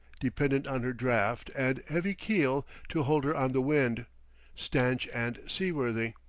dependent on her draught and heavy keel to hold her on the wind stanch and seaworthy,